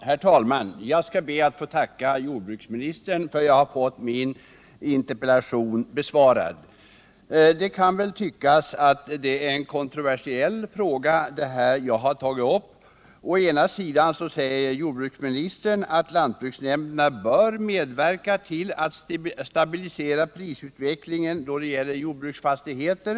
Herr talman! Jag skall be att få tacka jordbruksministern för att jag fått min interpellation besvarad. Det kan tyckas att den fråga jag har tagit upp är kontroversiell. Å ena sidan säger ju jordbruksministern att lantbruksnämnderna bör medverka till att stabilisera prisutvecklingen då det gäller jordbruksfastigheter.